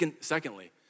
secondly